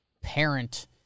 Parent